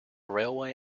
railway